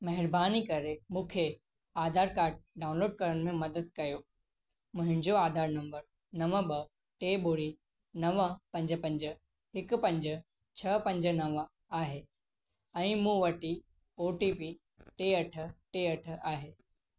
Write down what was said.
महिरबानी करे मूंखे आधार कार्ड डाउनलोड करण में मदद कयो मुहिंजो आधार नंबर नव ॿ टे ॿुड़ी नव पंज पंज हिकु पंज छह पंज नवं आहे ऐं मूं वटी ओ टी पी टे अठ टे अठ आहे